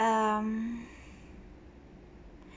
um